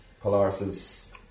Polaris